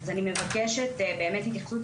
אז אני מבקשת התייחסות.